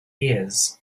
years